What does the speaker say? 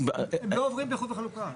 הם לא עוברים באיחוד וחלוקה.